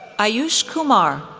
aayush kumar,